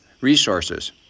resources